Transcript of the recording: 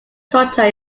structure